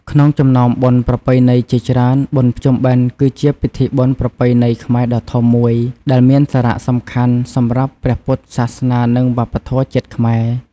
ក្នុងចំណោមបុណ្យប្រពៃណីជាច្រើន បុណ្យភ្ជុំបិណ្ឌគឺជាពិធីបុណ្យប្រពៃណីខ្មែរដ៏ធំំមួយ ដែលមានសារៈសំខាន់សម្រាប់ព្រះពុទ្ធសាសនា និងវប្បធម៌ជាតិខ្មែរ។